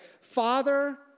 Father